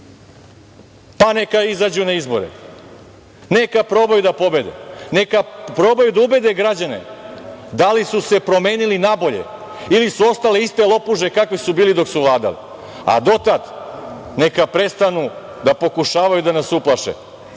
Pa, neka izađu na izbore. Neka probaju da pobede. Neka probaju da ubede građane da li su se promenili na bolje ili su ostali iste lopuže kakve su bile dok su vladali, a do tada, neka prestanu da pokušavaju da nas uplaše.